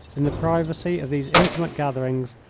in the privacy of these intimate gatherings,